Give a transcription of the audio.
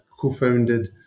co-founded